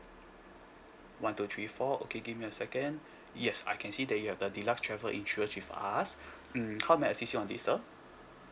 one two three four okay give me a second yes I can see that you have the deluxe travel insurance with us hmm how may I assist you on this sir